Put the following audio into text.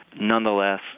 nonetheless